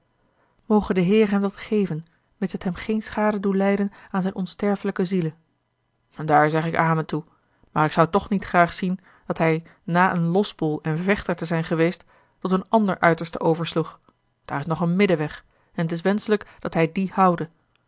moge de heer hem dat geven mits het hem geene schade doe lijden aan zijne onsterfelijke ziele daar zeg ik amen toe maar ik zou toch niet graag zien dat hij na een losbol en vechter te zijn geweest tot een ander uiterste oversloeg daar is nog een middenweg en t is wenschelijk dat hij dien houde